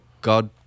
God